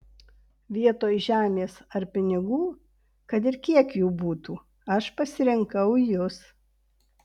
vietoj žemės ar pinigų kad ir kiek jų būtų aš pasirinkau jus